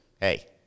hey